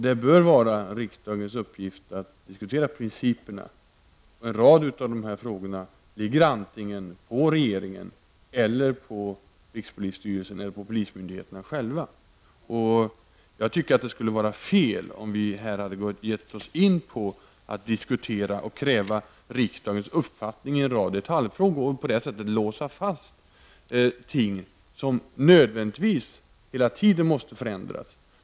Det bör vara riksdagens uppgift att diskutera principerna. Många av dessa detaljfrågor ligger antingen på regeringen, på rikspolisstyrelsen eller på polismyndigheterna själva. Jag tycker att det skulle vara fel om vi här hade gett oss in på att diskutera och kräva riksdagens uppfattning i en rad detaljfrågor och på det sättet låsa fast ting som nödvändigtvis hela tiden måste förändras.